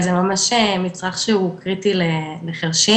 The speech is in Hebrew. זה מצרך שהוא קריטי לחרשים.